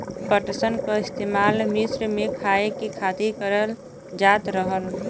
पटसन क इस्तेमाल मिस्र में खाए के खातिर करल जात रहल